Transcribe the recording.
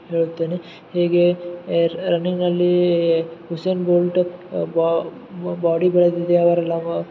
ಹೇಳುತ್ತೇನೆ ಹೀಗೆ ಏ ರನ್ನಿಂಗಲ್ಲೀ ಹುಸೇನ್ ಬೋಲ್ಟ್ ಬಾ ಬಾಡಿ ಬೆಳೆದಿದೆ ಅವರಿಲ್ಲಗ